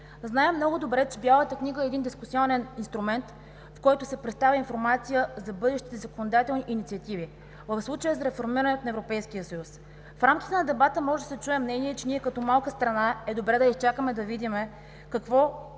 Знаем много добре, че Бялата книга е един дискусионен инструмент, в който се представя информация за бъдещите законодателни инициативи, в случая за реформирането на Европейския съюз. В рамките на дебата може да се чуе мнение, че ние като малка страна е добре да изчакаме да видим какво